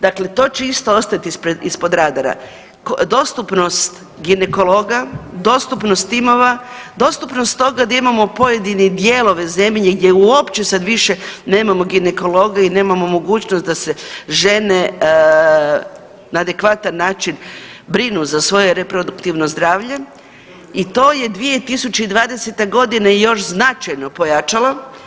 Dakle, to će isto ostat ispod radara, dostupnost ginekologa, dostupnost timova, dostupnost toga da imamo pojedine dijelove zemlje gdje uopće sad više nemamo ginekologa i nemamo mogućnost da se žene na adekvatan način brinu za svoje reproduktivno zdravlje i to je 2020.g. još značajno pojačala.